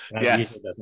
Yes